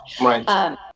Right